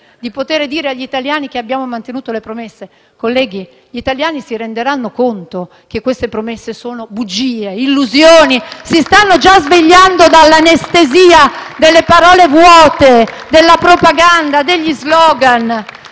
di poter dire agli italiani che abbiamo mantenuto le promesse»; colleghi, gli italiani si renderanno conto che queste promesse sono bugie, illusioni. *(Applausi dal Gruppo FI-BP)*. Si stanno già svegliando dall'anestesia delle parole vuote, della propaganda, degli *slogan*.